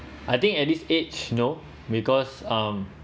I think at least age no because um